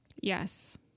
yes